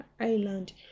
island